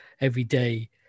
everyday